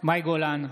מאי גולן,